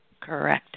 Correct